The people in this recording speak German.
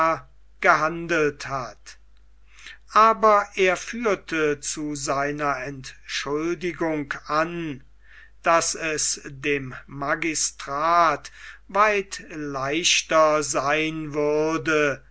gehandelt hat aber er führte zu seiner entschädigung an daß es dem magistrat weit leichter sein würde